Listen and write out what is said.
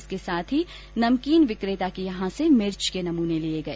इसके अलावा नमकीन विक्रेता के यहां से मिर्च के नमूने लिए गए